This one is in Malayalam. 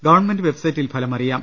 ഗവൺമെന്റ് വെബ്സൈറ്റിൽ ഫലമറിയാം